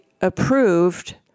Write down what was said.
approved